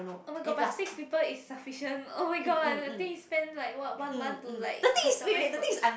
oh-my-god but six people is sufficient oh-my-god I think spend like what one month to like customise for each